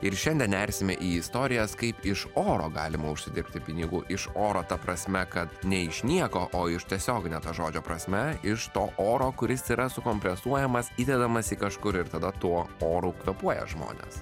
ir šiandien nersime į istorijas kaip iš oro galima užsidirbti pinigų iš oro ta prasme kad ne iš nieko o iš tiesiogine to žodžio prasme iš to oro kuris yra sukompensuojamas įdedamas į kažkur ir tada tuo oru kvėpuoja žmonės